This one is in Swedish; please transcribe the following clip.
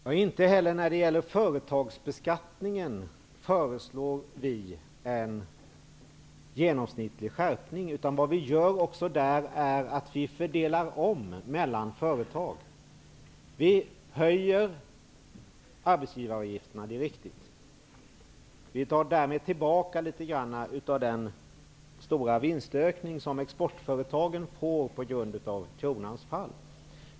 Fru talman! Inte heller när det gäller företagsbeskattningen föreslår vi en genomsnittlig skärpning. Vad vi vill göra är att fördela om mellan företag. Det är riktigt att vi vill höja arbetsgivaravgifterna. Vi vill därmed ta tillbaka litet grand av den stora vinstökning som exportföretagen får på grund av kronans fall.